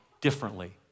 differently